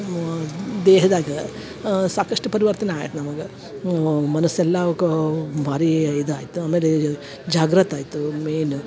ಮ್ಮ ದೇಹದಾಗ ಸಾಕಷ್ಟು ಪರಿವರ್ತನಾಯಿತು ನಮಗೆ ಮು ಮನಸ್ಸೆಲ್ಲ ಕ ಭಾರಿ ಇದಾಯ್ತು ಆಮೇಲೆ ಜಾಗೃತವಾಯ್ತು ಮೇನ್